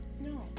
No